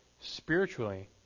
spiritually